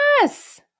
yes